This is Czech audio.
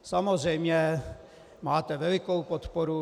Samozřejmě máte velikou podporu.